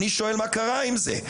אני שואל מה קרה עם זה.